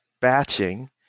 batching